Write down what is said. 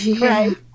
right